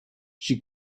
she